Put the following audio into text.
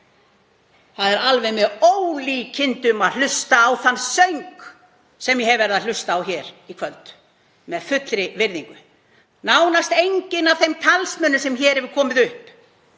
Það er alveg með ólíkindum að hlusta á þann söng sem ég hef verið að hlusta á hér í kvöld, með fullri virðingu. Nánast allir þeir talsmenn sem hér hafa komið upp